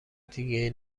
دیگهای